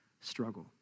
struggle